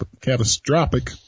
catastrophic